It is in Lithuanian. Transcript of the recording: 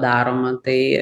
daroma tai